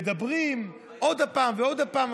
מדברים עוד פעם ועוד פעם,